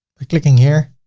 by clicking here.